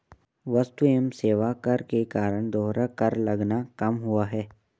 वस्तु एवं सेवा कर के कारण दोहरा कर लगना कम हुआ है